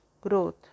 growth